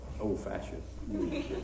old-fashioned